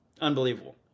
Unbelievable